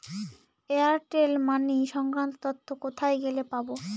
Airtel Money সংক্রান্ত তথ্য কোথায় গেলে পাব?